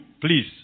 please